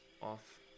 off